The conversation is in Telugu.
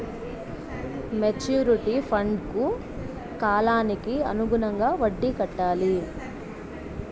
మెచ్యూరిటీ ఫండ్కు కాలానికి అనుగుణంగా వడ్డీ కట్టాలి